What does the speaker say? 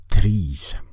trees